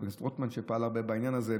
חבר הכנסת רוטמן פעל הרבה בעניין הזה,